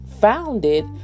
founded